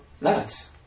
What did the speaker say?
Nice